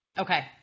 Okay